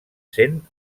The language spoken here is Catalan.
sent